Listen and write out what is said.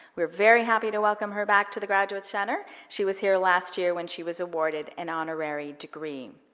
we are very happy to welcome her back to the graduate center. she was here last year when she was awarded an honorary degree.